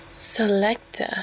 Selector